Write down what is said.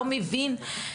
לא מבין,